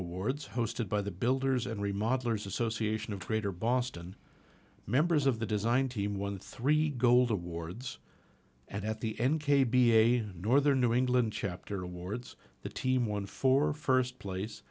awards hosted by the builders and remodelers association of greater boston members of the design team won three gold awards at the end k b a northern new england chapter awards the team won for first place